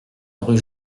rue